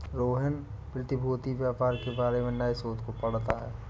रोहन प्रतिभूति व्यापार के बारे में नए शोध को पढ़ता है